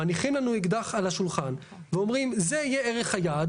מניחים לנו אקדח על השולחן ואומרים זה יהיה ערך היעד,